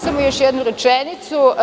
Samo još jednu rečenicu.